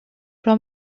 però